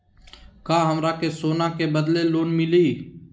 का हमरा के सोना के बदले लोन मिलि?